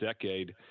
decade